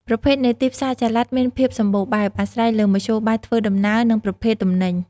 ប្រភេទនៃទីផ្សារចល័តមានភាពសម្បូរបែប អាស្រ័យលើមធ្យោបាយធ្វើដំណើរ និងប្រភេទទំនិញ។